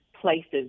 places